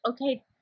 okay